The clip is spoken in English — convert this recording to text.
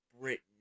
Britain